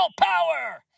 power